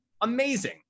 amazing